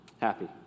happy